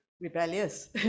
rebellious